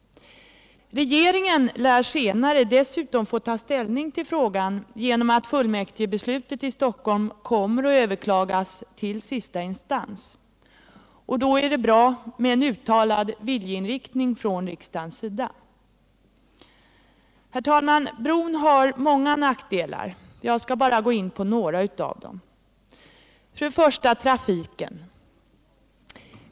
Regeringen lär dessutom senare få ta ställning till frågan genom att fullmäktigebeslutet i Stockholm kommer att överklagas. Då är det bra med en uttalad viljeinriktning från riksdagens sida. Herr talman! Bron har en rad nackdelar. Jag skall här bara gå in på några. För det första: trafiken.